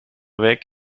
week